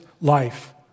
life